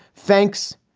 thanks.